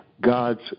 God's